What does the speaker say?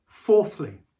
Fourthly